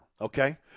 okay